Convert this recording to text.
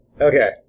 Okay